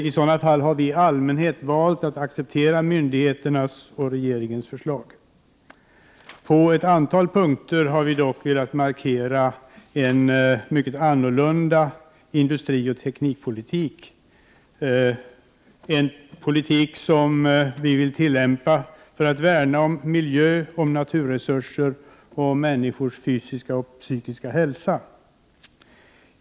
I sådana fall har vi i allmänhet valt att acceptera myndigheternas och regeringens förslag. På ett antal punkter har vi dock velat markera att en mycket annorlunda industrioch teknikpolitik bör tillämpas om man vill värna om miljö, naturresurser och människors fysiska och psykiska hälsa.